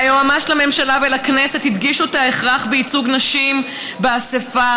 והיועמ"ש לממשלה ולכנסת הדגישו את ההכרח בייצוג נשים באספה,